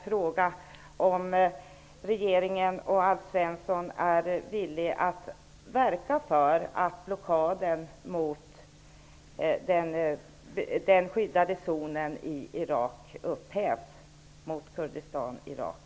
Är regeringen och Alf Svensson villiga att verka för att blockader mot den i Irak skyddade zonen mot Kurdistan upphävs?